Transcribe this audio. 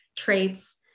traits